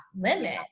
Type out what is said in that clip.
limit